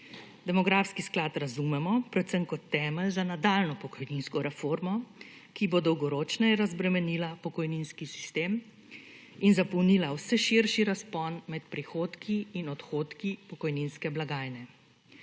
Demografski sklad razumemo predvsem kot temelj za nadaljnjo pokojninsko reformo, ki bo dolgoročneje razbremenila pokojninski sistem in zapolnila vse širši razpon med prihodki in odhodki pokojninske blagajne.